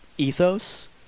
ethos